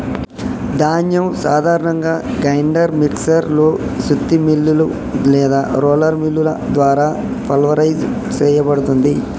ధాన్యం సాధారణంగా grinder mixer లో సుత్తి మిల్లులు లేదా రోలర్ మిల్లుల ద్వారా పల్వరైజ్ సేయబడుతుంది